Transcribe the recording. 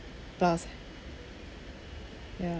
plus eh ya